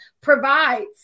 provides